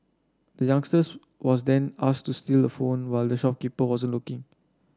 the youngster was then asked to steal the phone while the shopkeeper wasn't looking